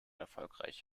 erfolgreich